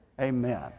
Amen